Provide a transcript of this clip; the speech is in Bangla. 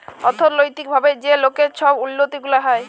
অথ্থলৈতিক ভাবে যে লকের ছব উল্লতি গুলা হ্যয়